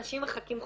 אנשים מחכים חודשים.